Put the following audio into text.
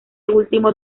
último